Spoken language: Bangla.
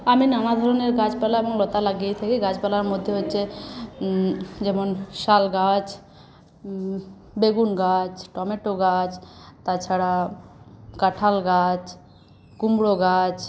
আমি নানাধরনের গাছপালা এবং লতা লাগিয়ে থাকি গাছপালার মধ্যে হচ্ছে যেমন শাল গাছ বেগুন গাছ টমেটো গাছ তাছাড়া কাঁঠাল গাছ কুমড়ো গাছ